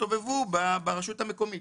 יסתובבו ברשות המקומית.